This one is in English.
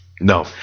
No